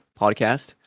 podcast